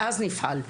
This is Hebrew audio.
ואז נפעל.